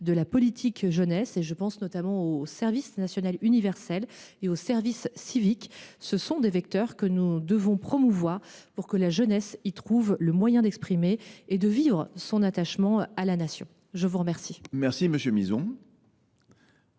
de la jeunesse : je pense au service national universel et au service civique. Ce sont des vecteurs que nous devons promouvoir pour que la jeunesse y trouve le moyen d’exprimer et de vivre son attachement à la Nation. La parole est à M. Jean Marie Mizzon,